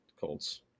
Colts